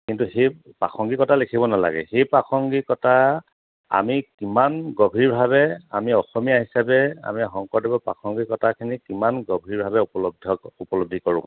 কিন্তু সেই প্ৰাাসংগিকতা লিখিব নালাগে সেই প্ৰাসংগিকতা আমি কিমান গভীৰভাৱে আমি অসমীয়া হিচাপে আমি শংকৰদেৱৰ প্ৰাসংগিকতাখিনি কিমান গভীৰভাৱে উপলব্ধ উপলব্ধি কৰোঁ